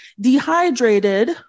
dehydrated